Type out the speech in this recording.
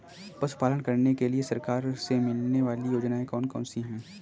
पशु पालन करने के लिए सरकार से मिलने वाली योजनाएँ कौन कौन सी हैं?